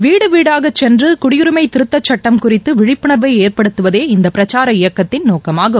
வீடு வீடாக சென்று குடியுரிமை திருத்தக் சுட்டம் குறித்து விழிப்புணர்வை ஏற்படுத்துவதே இந்த பிரக்சார இயக்கத்தின் நோக்கமாகும்